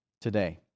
today